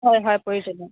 হয় হয় পৰিছে অঁ